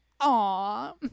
aw